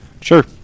Sure